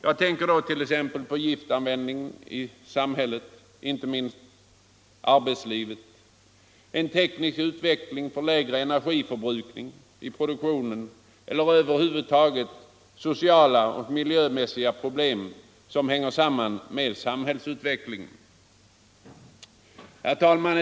Jag tänker då på t.ex. giftanvändningen i samhället och inte minst i arbetslivet, en teknisk utveckling för lägre energiförbrukning i produktionen och över huvud taget sociala och miljömässiga problem som hänger samman med samhällsutvecklingen. Herr talman!